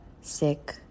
sick